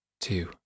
two